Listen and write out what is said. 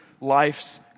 life's